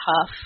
tough